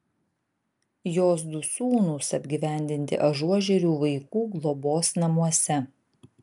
jos du sūnūs apgyvendinti ažuožerių vaikų globos namuose